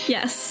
Yes